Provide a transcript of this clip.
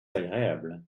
agréable